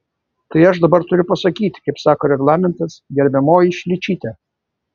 tai aš dabar turiu pasakyti kaip sako reglamentas gerbiamoji šličyte